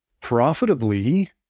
profitably